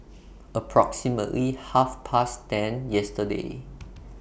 approximately Half Past ten yesterday